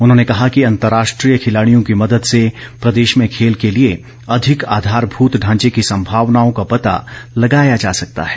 उन्होंने कहा कि अंतर्राष्ट्रीय खिलाड़ियों की मदद से प्रदेश में खेल के लिए अधिक आधारभूत ढांचे की संभावनाओं का पता लगाया जा सकता है